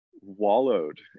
wallowed